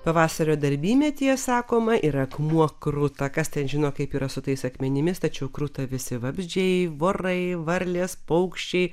pavasario darbymetyje sakoma ir akmuo kruta kas ten žino kaip yra su tais akmenimis tačiau kruta visi vabzdžiai vorai varlės paukščiai